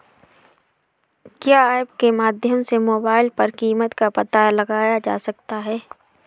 क्या ऐप के माध्यम से मोबाइल पर कीमत का पता लगाया जा सकता है?